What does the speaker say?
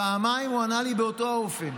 פעמיים הוא ענה לי באותו האופן.